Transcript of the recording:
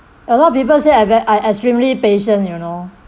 a lot of people say I ver~ I extremely patient you know